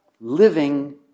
living